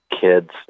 kids